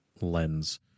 lens